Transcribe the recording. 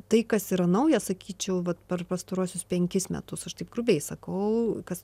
tai kas yra nauja sakyčiau vat per pastaruosius penkis metus aš taip grubiai sakau kas